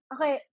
Okay